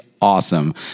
awesome